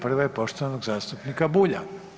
Prva je poštovanog zastupnika Bulja.